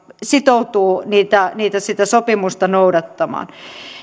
sitoutuu sitä sopimusta noudattamaan